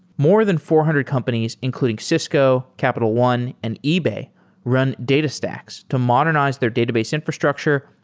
more than four hundred companies including cisco, capital one, and ebay run datastax to modernize their database infrastructure,